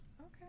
Okay